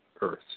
earth